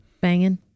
banging